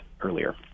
earlier